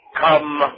come